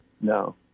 No